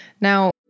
Now